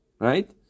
Right